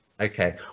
Okay